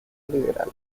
liberal